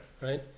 right